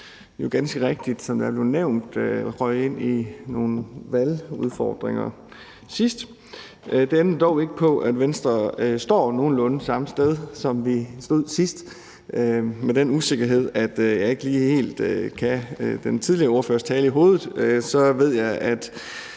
som jo ganske rigtigt, som der er blevet nævnt, røg ind i nogle valgudfordringer sidst. Det ændrer dog ikke på, at Venstre står nogenlunde samme sted, som vi stod sidst. Med den usikkerhed, at jeg ikke lige helt kan den tidligere ordførers tale i hovedet, ved jeg, at